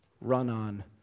run-on